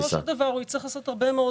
בסופו של דבר הוא יצטרך לעשות הרבה מאוד